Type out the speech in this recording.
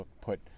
put